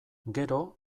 gero